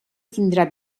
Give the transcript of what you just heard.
tindrà